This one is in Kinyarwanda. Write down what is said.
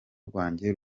rwanjye